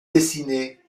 dessiné